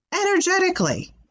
energetically